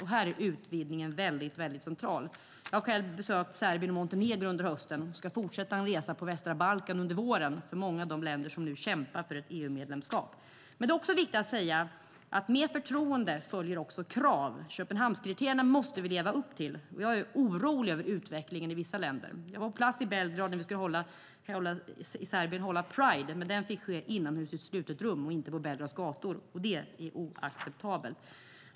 Här är utvidgningen mycket central. Jag har själv besökt Serbien och Montenegro under hösten, och jag ska fortsätta med en resa på västra Balkan under våren till många av de länder som nu kämpar för ett EU-medlemskap. Det är också viktigt att säga att med förtroende följer också krav. Vi måste leva upp till Köpenhamnskriterierna. Jag är orolig över utvecklingen i vissa länder. Jag var på plats i Belgrad när vi skulle hålla Pride i Serbien. Den fick ske inomhus i ett slutet rum och inte på Belgrads gator, och det är oacceptabelt.